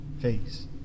face